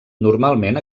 normalment